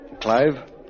Clive